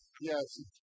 Yes